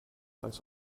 als